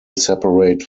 separate